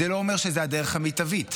זה לא אומר שזו הדרך המיטבית.